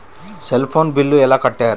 Cell phone bill ఎలా కట్టారు?